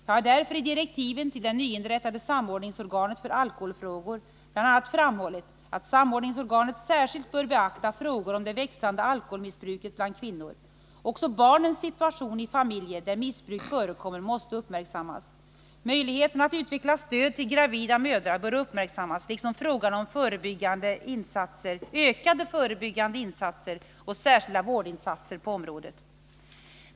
Jag har därför i direktiven till det nyinrättade samordningsorganet för alkoholfrågor bl.a. framhållit att samordningsorganet särskilt bör beakta frågan om det växande alkoholmissbruket bland kvinnor. Också barnens situation i familjer där missbruk förekommer måste uppmärksammas. Möjligheterna att utveckla stöd till gravida mödrar bör uppmärksammas, liksom frågan om ökade förebyggande insatser och särskilda vårdinsatser på området.